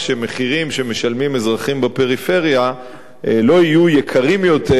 שמשלמים אזרחים בפריפריה לא יהיו גבוהים יותר בגלל